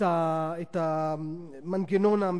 המנגנון המקובל.